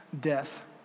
death